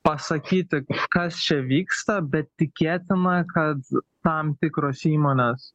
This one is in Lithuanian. pasakyti kas čia vyksta bet tikėtina kad tam tikros įmonės